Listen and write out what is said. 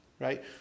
right